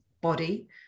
body